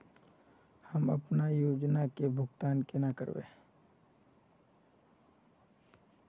हम अपना योजना के भुगतान केना करबे?